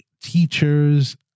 teachers